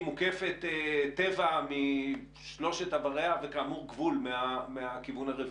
מוקפת טבע משלושת אבריה וכאמור גבול מהכיוון הרביעי.